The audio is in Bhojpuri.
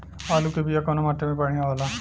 आलू के बिया कवना माटी मे बढ़ियां होला?